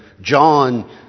John